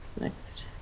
next